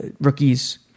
rookies